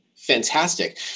Fantastic